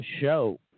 show